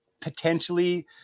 potentially